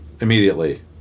immediately